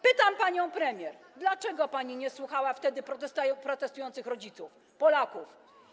Pytam panią premier, dlaczego pani nie słuchała wtedy protestujących rodziców, Polaków.